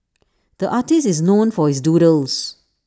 the artist is known for his doodles